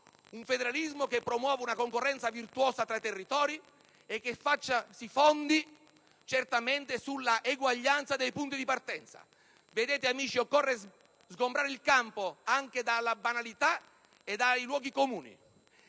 un federalismo che promuova una concorrenza virtuosa tra i territori e che si fondi sull'eguaglianza dei punti di partenza. Amici, occorre sgombrare il campo anche dalla banalità e dai luoghi comuni.